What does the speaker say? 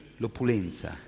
l'opulenza